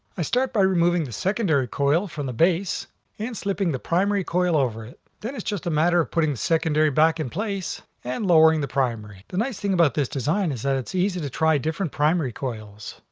i start by removing the secondary coil from the base and slipping the primary coil over it. then it's just a matter of putting the secondary back in place, and lowering the primary. the nice thing about this design is that it's easy to try different primary coils.